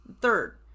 Third